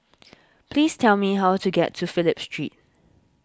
please tell me how to get to Phillip Street